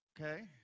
Okay